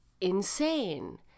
insane